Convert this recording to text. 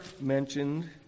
mentioned